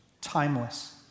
timeless